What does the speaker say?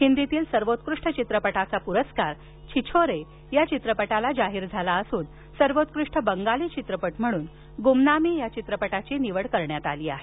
हिंदीतील सर्वोत्कृष्ट चित्रपटाचा पुरस्कार छिछोरे या चित्रपटाला जाहीर झाला असून सर्वोत्कृष्ट बंगाली चित्रपट म्हणून गुमनामी चित्रपटाची निवड करण्यात आली आहे